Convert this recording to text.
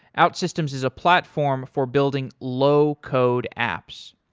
outsystems is a platform for building low code apps.